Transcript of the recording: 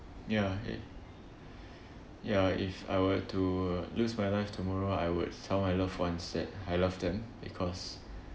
ya if ya if I were to lose my life tomorrow I would tell my loved ones that I love them because